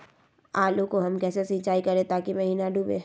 आलू को हम कैसे सिंचाई करे ताकी महिना डूबे?